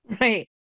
Right